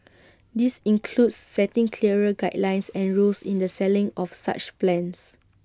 this includes setting clearer guidelines and rules in the selling of such plans